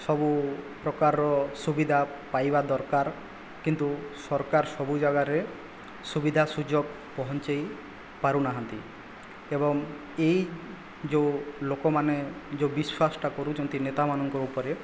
ସବୁ ପ୍ରକାରର ସୁବିଧା ପାଇବା ଦରକାର କିନ୍ତୁ ସରକାର ସବୁ ଜାଗାରେ ସୁବିଧା ସୁଯୋଗ ପହଞ୍ଚେଇ ପାରୁନାହାନ୍ତି ଏବଂ ଏହି ଯେଉଁ ଲୋକମାନେ ଯୋଉ ବିଶ୍ୱାସଟା କରୁଛନ୍ତି ନେତାମାନଙ୍କ ଉପରେ